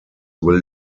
will